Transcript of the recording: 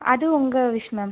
அது உங்கள் wish ma'am